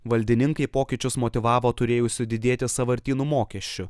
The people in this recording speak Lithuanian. valdininkai pokyčius motyvavo turėjusiu didėti sąvartynų mokesčiu